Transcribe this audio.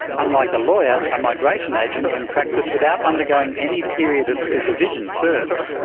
unlike a lawyer, a migration agent can practice without undergoing any period of supervision first.